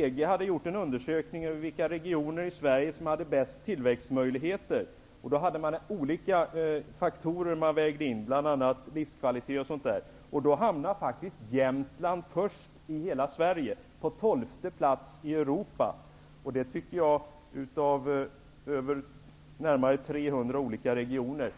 EG har gjort en undersökning av vilka regioner i Sverige som har bästa tillväxtmöjligheter. Olika faktorer vägdes in, bl.a. livskvalitet. Då hamnade faktiskt Jämtland först i hela Sverige, på tolfte plats i hela Europa av närmare 300 olika regioner.